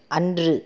அன்று